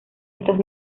estos